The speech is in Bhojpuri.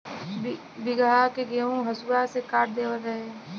बीघहा के गेंहू हसुआ से काट देवत रहे